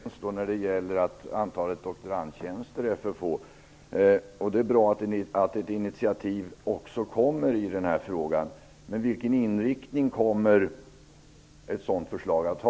Fru talman! Det är bra att vi är överens om att antalet doktorandtjänster är för få. Det är bra att det kommer ett förslag i den här frågan. Vilken inriktning kommer förslaget att ha?